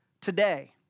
today